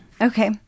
Okay